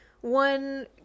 one